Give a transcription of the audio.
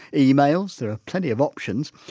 emails there are plenty of options,